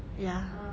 ya